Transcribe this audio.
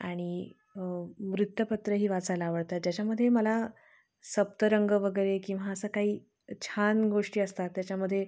आणि वृत्तपत्रही वाचायला आवडतात ज्याच्यामध्ये मला सप्तरंग वगैरे किंवा असं काही छान गोष्टी असतात त्याच्यामध्ये